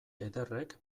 ederrek